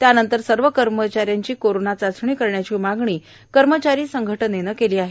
त्यानंतर सर्व कर्मचाऱ्यांची कोरोना चाचणी करण्याची मागणी कर्मचारी संघटनेनं केली आहे